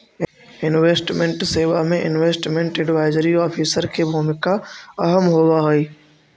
investment सेवा में investment advisory officer के भूमिका अहम होवऽ हई